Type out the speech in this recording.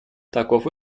таков